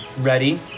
ready